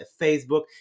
facebook